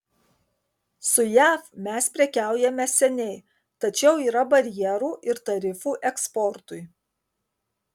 su jav mes prekiaujame seniai tačiau yra barjerų ir tarifų eksportui